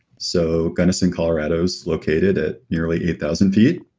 so gunnison, colorado's located at nearly eight thousand feet,